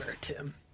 Tim